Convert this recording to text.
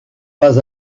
pas